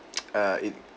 uh it